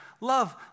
Love